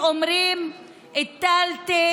הסתות,